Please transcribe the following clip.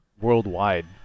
worldwide